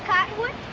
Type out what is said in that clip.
cottonwood?